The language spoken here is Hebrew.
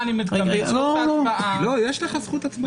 אני מתכוון לזכות הצבעה --- יש לך זכות הצבעה.